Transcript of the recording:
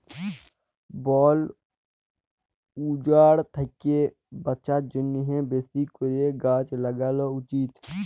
বল উজাড় থ্যাকে বাঁচার জ্যনহে বেশি ক্যরে গাহাচ ল্যাগালো উচিত